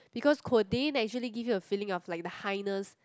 because codeine actually give you a feeling of like the highness